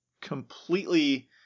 completely